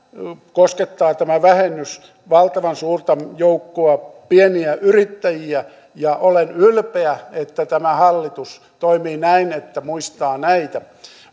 tämä vähennys koskettaa valtavan suurta joukkoa pieniä yrittäjiä ja olen ylpeä että tämä hallitus toimii näin että muistaa näitä